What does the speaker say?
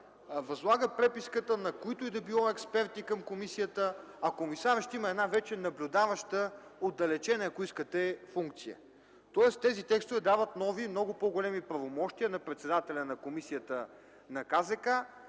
възлага преписката на който и да било експерт към комисията, а комисарят ще има една вече наблюдаваща, отдалечена функция. Тоест тези текстове дават нови и много по-големи правомощия на председателя на Комисията за защита